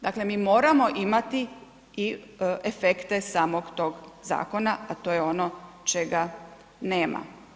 Dakle, mi moramo imati i efekte samog tog zakona, a to je ono čega nema.